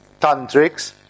tantrics